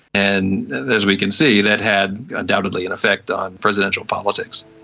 and as we can see that had undoubtedly an effect on presidential politics.